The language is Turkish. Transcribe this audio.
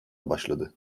başladı